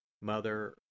Mother